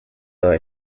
are